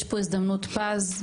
יש פה הזדמנות פז.